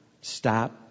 Stop